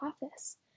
office